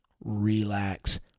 relax